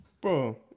Bro